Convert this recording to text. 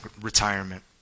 retirement